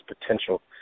potential